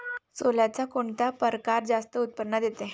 सोल्याचा कोनता परकार जास्त उत्पन्न देते?